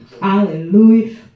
hallelujah